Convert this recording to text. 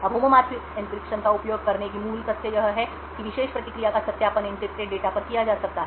अब homomorphic encryption का उपयोग करने की मूल तथ्य यह है कि विशेष प्रतिक्रिया का सत्यापन एन्क्रिप्टेड डेटा पर किया जा सकता है